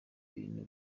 bintu